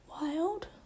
wild